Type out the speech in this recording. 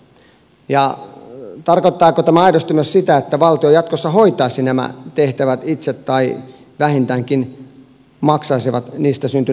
ja tarkoittaako tämä aidosti myös sitä että valtio jatkossa hoitaisi nämä tehtävät itse tai vähintäänkin maksaisi niistä syntyneet kustannukset